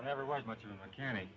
i never was much of a mechanic